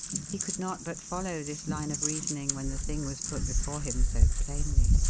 he could not but follow this line of reasoning when the thing was put before him so plainly.